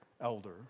elder